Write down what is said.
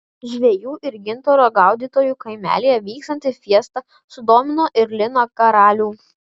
žvejų ir gintaro gaudytojų kaimelyje vykstanti fiesta sudomino ir liną karalių